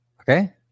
Okay